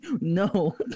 No